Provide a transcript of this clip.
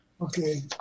Okay